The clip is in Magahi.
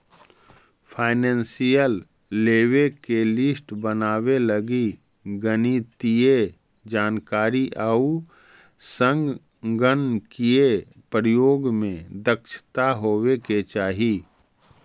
फाइनेंसियल लेवे के लिस्ट बनावे लगी गणितीय जानकारी आउ संगणकीय प्रयोग में दक्षता होवे के चाहि